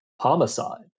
homicide